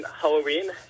Halloween